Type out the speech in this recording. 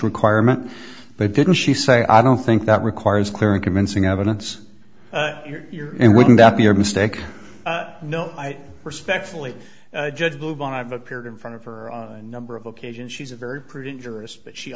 requirement but didn't she say i don't think that requires clear and convincing evidence and wouldn't that be a mistake no i respectfully judge move on i've appeared in front of her number of occasions she's a very crude interest but she